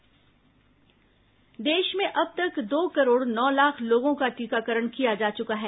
corona टीकाकरण देश में अब तक दो करोड़ नौ लाख लोगों का टीकाकरण किया जा चुका है